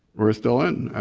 we're still in.